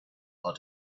are